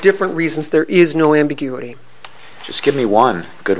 different reasons there is no ambiguity just give me one good